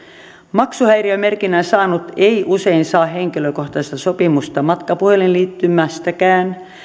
maksuhäiriömerkinnän saanut ei usein saa henkilökohtaista sopimusta matkapuhelinliittymästäkään